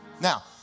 Now